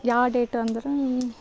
ಯಾವ ಡೇಟ್ ಅಂದ್ರೆ